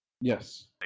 Yes